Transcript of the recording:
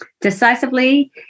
decisively